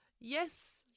yes